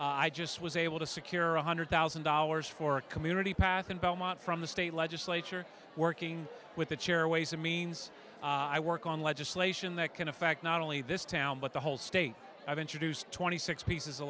schools i just was able to secure one hundred thousand dollars for a community path in belmont from the state legislature working with the chair ways and means i work on legislation that can affect not only this town but the whole state i've introduced twenty six pieces